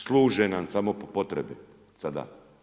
Služe nam samo po potrebi sada.